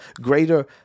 greater